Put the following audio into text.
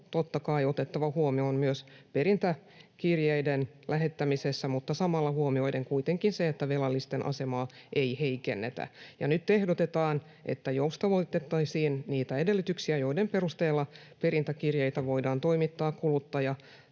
totta kai otettava huomioon myös perintäkirjeiden lähettämisessä mutta samalla huomioiden kuitenkin se, että velallisten asemaa ei heikennetä. Nyt ehdotetaan, että joustavoitettaisiin niitä edellytyksiä, joiden perusteella perintäkirjeitä voidaan toimittaa kuluttaja-